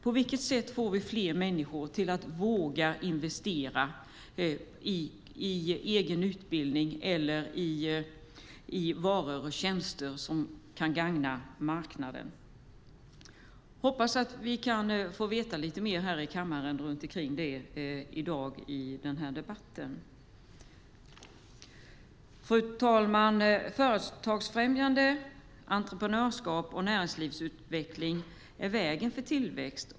Hur får det fler människor att våga investera i egen utbildning eller varor och tjänster som kan gagna marknaden? Jag hoppas att vi får veta lite mer om det i den här debatten. Fru talman! Företagsfrämjande entreprenörskap och näringslivsutveckling är vägen till tillväxt.